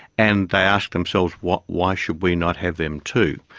and they ask themselves, why why should we not have them too?